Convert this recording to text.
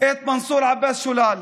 את מנסור עבאס שולל.